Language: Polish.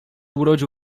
urodził